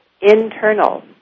internal